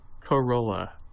Corolla